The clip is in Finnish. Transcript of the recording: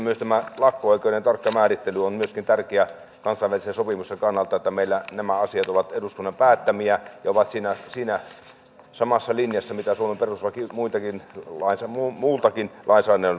sitten tämä lakko oikeuden tarkka määrittely on myöskin tärkeä kansainvälisten sopimusten kannalta niin että meillä nämä asiat ovat eduskunnan päättämiä ja ovat siinä samassa linjassa mitä suomen perustuslaki muultakin lainsäädännöltä vaatii